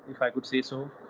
if i could say so.